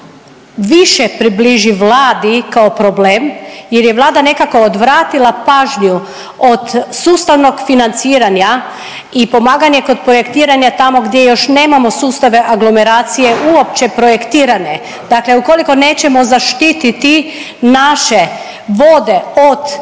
više približi Vladi kao problem jer je Vlada nekako odvratila pažnju od sustavnog financiranja i pomaganje kod projektiranja tamo gdje još nemamo sustave aglomeracije uopće projektirane. Dakle ukoliko nećemo zaštititi naše vode od